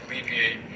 alleviate